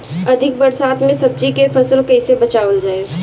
अधिक बरसात में सब्जी के फसल कैसे बचावल जाय?